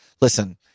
Listen